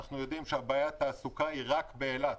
אנחנו יודעים שבעיית התעסוקה היא רק באילת.